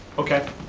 okay,